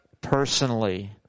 personally